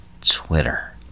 Twitter